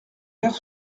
verre